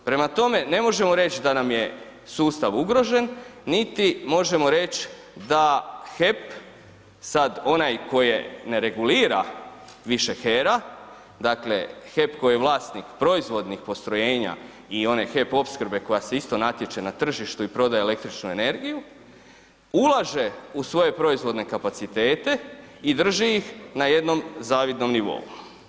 Prema tome, ne možemo reći da nam je sustav ugrožen, niti možemo reći da HEP, sad onaj koje ne regulira više HERA, dakle HEP koji je vlasnik proizvodnih postrojenja i one HEP opskrbe koja se isto natječe na tržištu i prodaje električnu energiju, ulaže u svoje proizvodne kapacitete i drži ih na jednom zavidnom nivou.